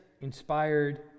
inspired